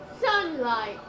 Sunlight